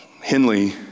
Henley